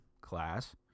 class